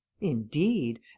Indeed